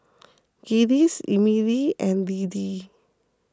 Giles Emilee and Lidie